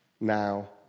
now